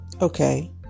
Okay